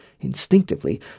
Instinctively